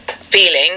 feeling